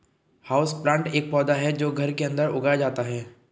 houseplant एक पौधा है जो घर के अंदर उगाया जाता है